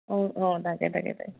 অঁ অঁ তাকে তাকে তাকে